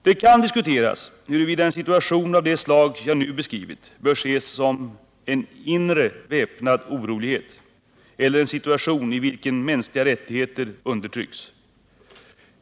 Det kan diskuteras huruvida en situation av det slag jag nu beskrivit bör ses som ”inre väpnade oroligheter”, eller en situation i vilken mänskliga rättigheter undertrycks.